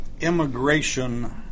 immigration